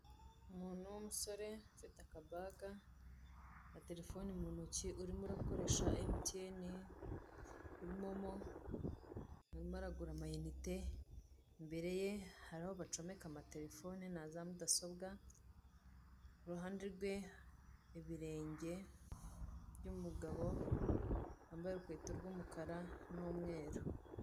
Umuntu w'umusore ufite aka bag na terefone mu ntoki urimo urakoresha MTN kuri momo arimo aragura ama inite imbere ye hari aho bacomeka ama terefone naza mudasobwa kuruhande rwe hari ibirenge by'umugabo wambaye urukweto rw'umukara n'umweru.